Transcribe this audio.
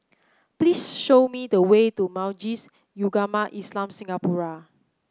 please show me the way to Majlis Ugama Islam Singapura